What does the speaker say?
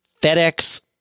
FedEx